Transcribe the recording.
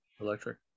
electric